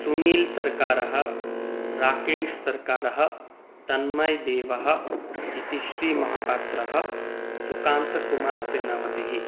सुनीलसरकारः राकेशसरकारः तन्मयदेवः इतिश्रिमहापात्रः सुकान्तकुमारसेनापतिः